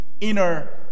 inner